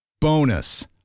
Bonus